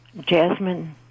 jasmine